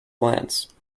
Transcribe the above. glance